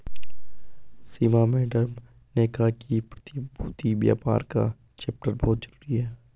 सीमा madam ने कहा कि प्रतिभूति व्यापार का चैप्टर बहुत जरूरी है